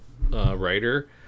writer